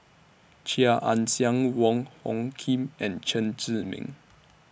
Chia Ann Siang Wong Hung Khim and Chen Zhiming